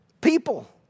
people